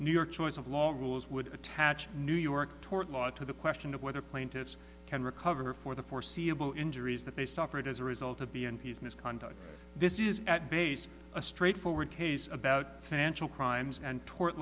new york choice of long rules would attach new york tort law to the question of whether plaintiffs can recover for the foreseeable injuries that they suffered as a result of b and his misconduct this is at base a straightforward case about financial crimes and tort